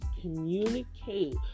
Communicate